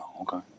Okay